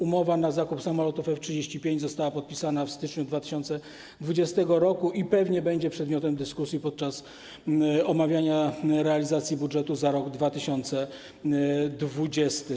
Umowa na zakup samolotów F-35 została podpisana w styczniu 2020 r. i pewnie będzie przedmiotem dyskusji podczas omawiania realizacji budżetu za rok 2020.